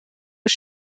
des